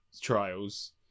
Trials